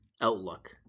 outlook